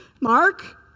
Mark